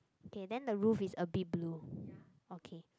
okay then the roof is a bit blue okay